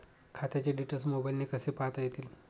खात्याचे डिटेल्स मोबाईलने कसे पाहता येतील?